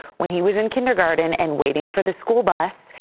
when he was in kindergarten and waiting for the school bus,